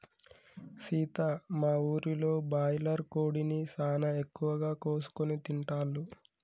సీత మా ఊరిలో బాయిలర్ కోడిని సానా ఎక్కువగా కోసుకొని తింటాల్లు